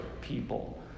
people